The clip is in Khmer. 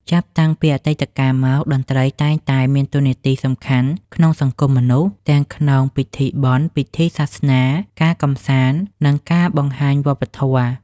ចាប់តាំងពីអតីតកាលមក តន្ត្រីតែងតែមានតួនាទីសំខាន់ក្នុងសង្គមមនុស្ស ទាំងក្នុងពិធីបុណ្យ ពិធីសាសនា ការកម្សាន្ត និងការបង្ហាញវប្បធម៌។